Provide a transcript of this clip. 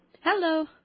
Hello